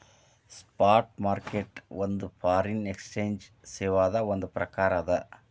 spot market ಒಂದ್ foreign exchange ಸೇವಾದ್ ಒಂದ್ ಪ್ರಕಾರ ಅದ